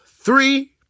three